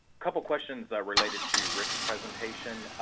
couple questions related to rick's presentation.